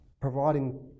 providing